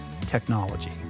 technology